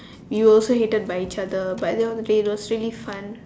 we also hated by each but that was okay it was really fun